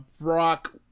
Brock